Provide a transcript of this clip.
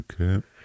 Okay